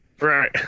right